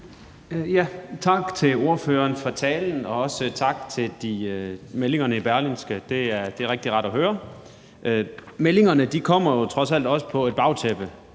Tak til ordføreren for talen, og også tak for meldingerne i Berlingske. Det er rigtig rart at høre. Meldingerne kommer jo trods alt på et bagtæppe,